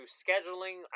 scheduling